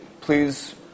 Please